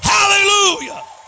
Hallelujah